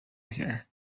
here